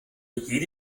jede